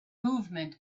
movement